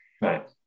right